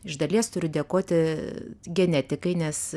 iš dalies turiu dėkoti genetikai nes